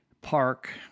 park